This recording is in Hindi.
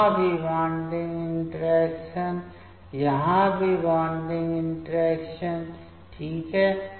यहां भी बॉन्डिंग इंटरेक्शन यहां भी बॉन्डिंग इंटरेक्शन ठीक है